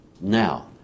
Now